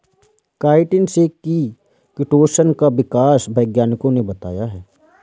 chitin से ही chitosan का विकास वैज्ञानिकों ने बताया है